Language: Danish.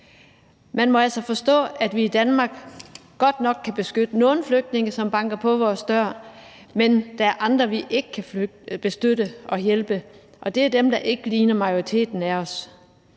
Man må altså forstå, at vi i Danmark godt nok kan beskytte nogle flygtninge, som banker på vores dør, men der er andre, vi ikke kan beskytte og hjælpe, og det er dem, der ikke ligner majoriteten af os.